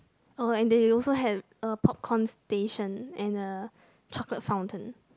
or and they also had a popcorn station and a chocolate fountain